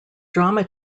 drama